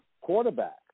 quarterback